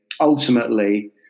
ultimately